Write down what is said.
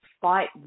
fight